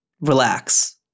relax